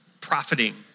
profiting